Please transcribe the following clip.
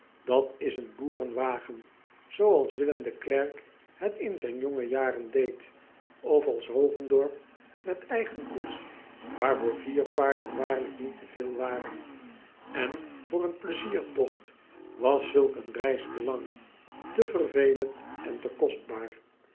dat is een boerenwagen zoo als illem de lercq het in zijn jonge jaren deed of als ogendorp met eigen koets waarvoor vier paarden waarlijk niet te veel waren n voor een pleiziertogt was zulk een reis te lang te vervelend en te kostbaar